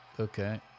Okay